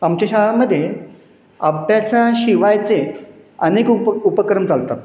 आमच्या शाळांमध्ये अभ्यासाशिवायचे अनेक उप उपक्रम चालतात